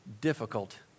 Difficult